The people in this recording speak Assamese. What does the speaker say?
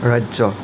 ৰাজ্য